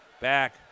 back